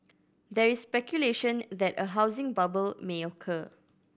there is speculation that a housing bubble may occur